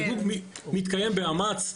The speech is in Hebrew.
הסיווג מתקיים באמ"ץ.